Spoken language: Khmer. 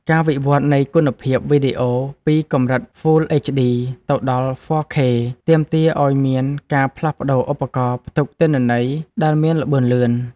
ការវិវត្តនៃគុណភាពវីដេអូពីកម្រិត ហ្វ៊ុល អេចឌី ទៅដល់ ហ្វ័រ ខេ ទាមទារឱ្យមានការផ្លាស់ប្តូរឧបករណ៍ផ្ទុកទិន្នន័យដែលមានល្បឿនលឿន។